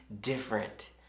different